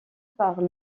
par